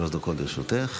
שלוש דקות לרשותך.